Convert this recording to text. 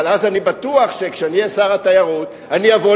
אבל אז אני בטוח שכשאני אהיה שר התיירות אני אבוא